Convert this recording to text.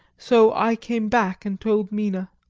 so i came back and told mina.